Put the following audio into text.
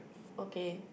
okay